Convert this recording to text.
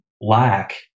lack